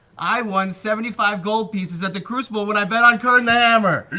i won seventy five gold pieces at the crucible when i bet on kern the hammer.